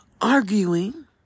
arguing